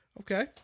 Okay